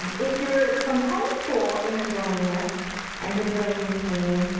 if you're from home school, and you're joining us and you're doing this painting,